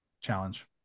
challenge